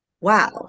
Wow